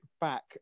back